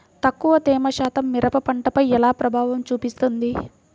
తక్కువ తేమ శాతం మిరప పంటపై ఎలా ప్రభావం చూపిస్తుంది?